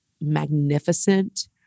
magnificent